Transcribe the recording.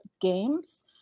games